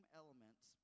elements